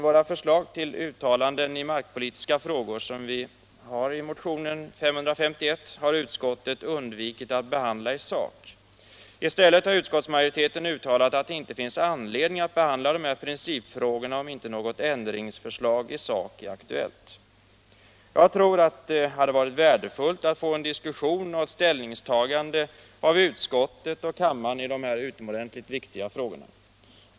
Våra förslag till uttalanden i markpolitiska frågor, som vi framfört i motion 551, har utskottet undvikit att behandla i sak. I stället har utskottsmajoriteten uttalat att det inte finns anledning att behandla de här principfrågorna om inte något ändringsförslag i sak är aktuellt. Jag tror dock att det hade varit värdefullt att få en diskussion och ett ställningstagande av utskottet och kammaren i de här utomordentligt viktiga frågorna.